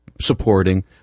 supporting